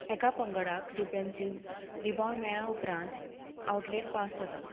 एका पंगडाक defensive rebound मेळ्ळ्या उपरांत आउटलेट पास जाता